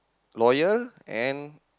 loyal and